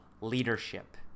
leadership